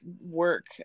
work